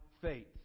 faith